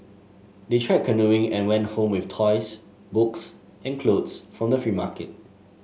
they tried canoeing and went home with toys books and clothes from the free market